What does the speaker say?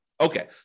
Okay